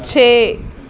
ਛੇ